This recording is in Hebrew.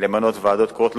למנות ועדות קרואות,